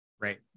Right